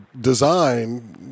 design